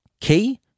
key